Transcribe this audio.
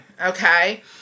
okay